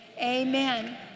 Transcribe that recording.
amen